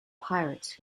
pirates